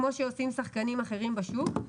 כמו שעושים שחקנים אחרים בשוק.